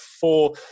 four